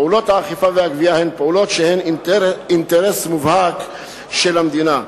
פעולות האכיפה והגבייה הן פעולות שהן אינטרס מובהק של המדינה.